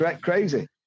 Crazy